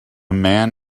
man